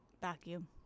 vacuum